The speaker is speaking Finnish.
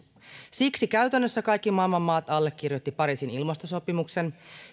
siksi käytännössä kaikki maailman maat allekirjoittivat pariisin ilmastosopimuksen